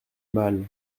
mal